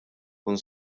tkun